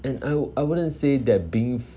and I would I wouldn't say that being